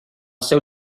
seu